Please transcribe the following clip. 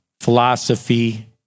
philosophy